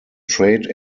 trade